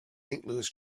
louis